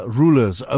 rulers